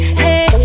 hey